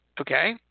Okay